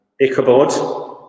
Ichabod